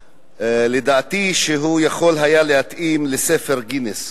לדעתי, יכול היה להתאים לספר גינס.